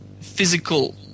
physical